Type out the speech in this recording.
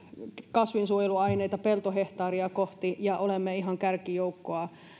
kasvinsuojeluaineita peltohehtaaria kohti ja olemme ihan kärkijoukkoa